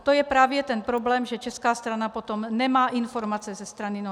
To je právě ten problém, že česká strana potom nemá informace ze strany Norska.